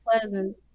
pleasant